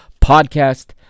podcast